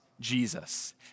Jesus